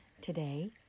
Today